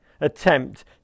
attempt